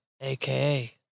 aka